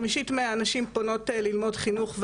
חמישית מהנשים פונות ללמוד חינוך,